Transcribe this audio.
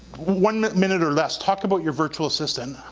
one minute or less, talk about your virtual assistant,